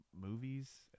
Movies